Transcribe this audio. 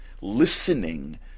listening